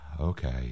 Okay